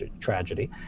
tragedy